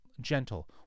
gentle